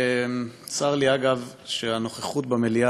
צר לי שהנוכחות במליאה,